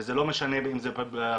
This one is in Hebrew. וזה לא משנה אם זה בפריפריה,